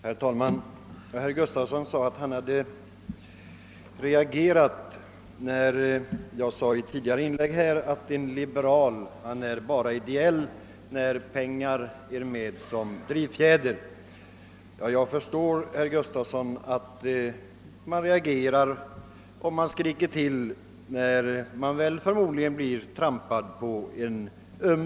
Herr talman! Herr Gustafson i Göte borg sade att han hade reagerat när jag yttrade att en liberal är ideell bara när pengar är med som drivfjäder. Ja, herr Gustafson, jag kan förstå att man reagerar och skriker till när man blir trampad på en tå som förmodligen är öm.